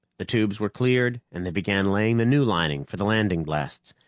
the tubes were cleared and they began laying the new lining for the landing blasts.